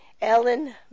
Ellen